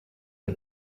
que